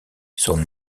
son